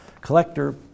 collector